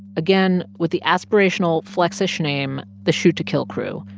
again with the aspirational flex-ish name, the shoot to kill crew,